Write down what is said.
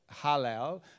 hallel